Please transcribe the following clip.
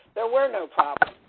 there were no problems.